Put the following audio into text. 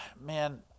man